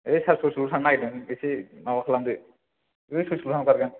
ओइ सार स'सेल' थांनो नागेरदों एसे माबा खालामदो बै स'सेल' थांथारगोन